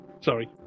Sorry